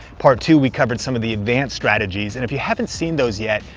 part two we covered some of the advanced strategies. and if you haven't seen those yet,